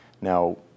Now